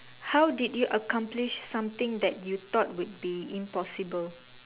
how did you accomplish something that you thought would be impossible